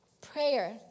prayer